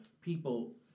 people